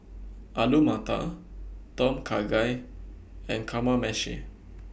Alu Matar Tom Kha Gai and Kamameshi